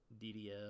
DDL